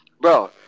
Bro